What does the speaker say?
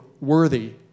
worthy